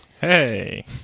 Hey